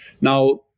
Now